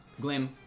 Glim